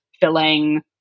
filling